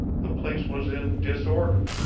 the place was in disorder.